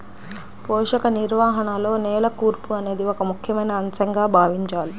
పోషక నిర్వహణలో నేల కూర్పు అనేది ఒక ముఖ్యమైన అంశంగా భావించాలి